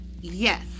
yes